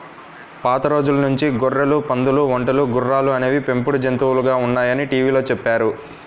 పాత రోజుల నుంచి గొర్రెలు, పందులు, ఒంటెలు, గుర్రాలు అనేవి పెంపుడు జంతువులుగా ఉన్నాయని టీవీలో చెప్పారు